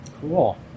Cool